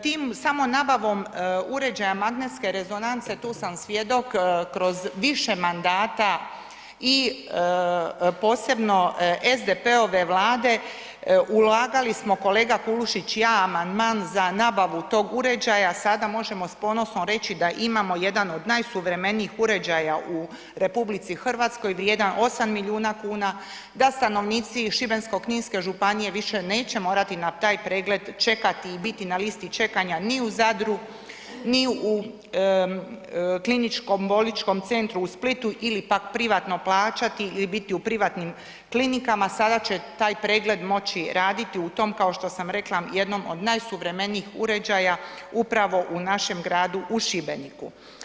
Tim samo nabavom uređaja magnetske rezonance tu sam svjedok kroz više mandata i posebno SDP-ove Vlade, ulagali smo kolega Kulušić i ja amandman za nabavu tog uređaja, sada možemo s ponosom reći da imamo jedan od najsuvremenijih uređaja u RH vrijedan 8 milijuna kuna, da stanovnici Šibensko-kninske županije više neće morati na taj pregled čekati i biti na listi čekanja ni u Zadru, ni u KBC Splitu ili pak privatno plaćati ili biti u privatnim klinikama, sada će taj pregled moći raditi u tom kao što sam rekla jednom od najsuvremenijih uređaja upravo u našem gradu, u Šibeniku.